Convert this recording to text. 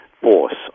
force